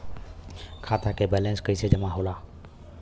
खाता के वैंलेस कइसे जमा होला?